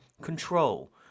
control